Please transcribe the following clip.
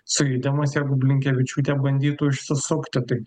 sujudimas jeigu blinkevičiūtė bandytų išsisukti taip